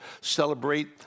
celebrate